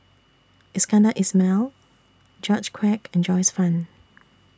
Iskandar Ismail George Quek and Joyce fan